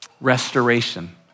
restoration